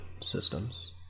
systems